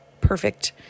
perfect